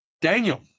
Daniel